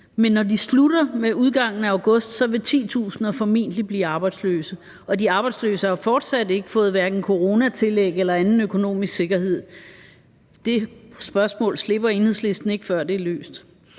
men når det slutter ved udgangen af august, vil titusinder formentlig blive arbejdsløse. De arbejdsløse har jo fortsat ikke fået hverken coronatillæg eller anden økonomisk sikkerhed. Det spørgsmål slipper Enhedslisten ikke, før det er løst.